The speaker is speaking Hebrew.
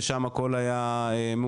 ששם הכל היה מאושר,